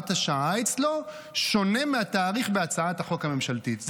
השעה אצלו שונה מהתאריך בהצעת החוק הממשלתית.